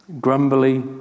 grumbly